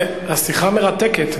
השיחה מרתקת,